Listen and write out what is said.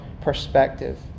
perspective